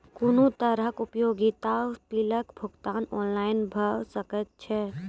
कुनू तरहक उपयोगिता बिलक भुगतान ऑनलाइन भऽ सकैत छै?